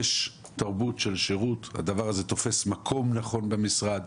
יש תרבות של שירות והדבר הזה תופס מקום נכון במשרד.